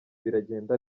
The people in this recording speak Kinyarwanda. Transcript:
biragenda